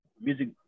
music